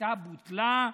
השביתה בוטלה.